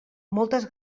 moltes